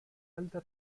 alta